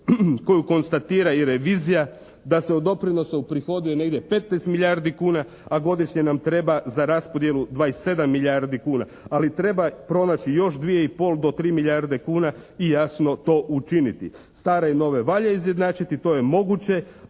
koju konstatira i revizija da se u doprinose uprihodi i negdje 15 milijardi kuna, a godišnje nam treba za raspodjelu 27 milijardi kuna. Ali treba pronaći još 2 i pol do 3 milijarde kuna i jasno to učiniti. Stare i nove valja izjednačiti. To je moguće,